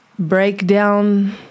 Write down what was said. Breakdown